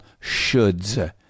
shoulds